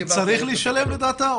אתה שואל מי צריך לשלם לדעתה?